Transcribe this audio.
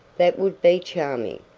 that would be charming,